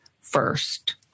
first